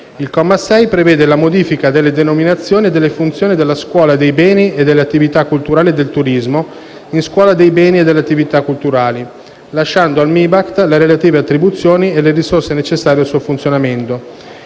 Il comma 6 prevede la modifica della denominazione e delle funzioni della Scuola dei beni e delle attività culturali e del turismo, in Scuola dei beni e delle attività culturali, lasciando al MIBAC le relative attribuzioni e le risorse necessarie al suo funzionamento,